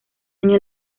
año